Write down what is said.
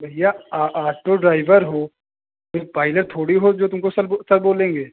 भैया auto driver हो कोई पाइलट थोड़ी हो जो तुमको सर सर बोलेंगे